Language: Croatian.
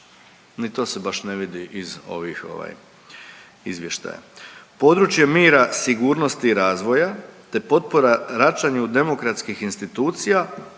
ni to se baš ne vidi iz ovih izvještaja, „područje mira, sigurnosti i razvoja te potpora jačanju demokratskih institucija